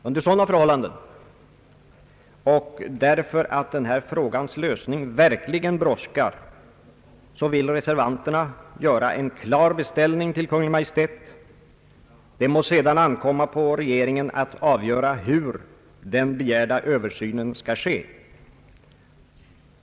Under sådana förhållanden och därför att denna frågas lösning verkligen brådskar, vill reservanterna göra en klar beställning till Kungl. Maj:t. Det må sedan ankomma på regeringen att avgöra hur den begärda översynen skall ske.